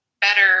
better